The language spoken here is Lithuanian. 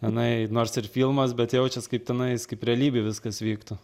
jinai nors ir filmas bet jaučias kaip tenais kaip realybėj viskas vyktų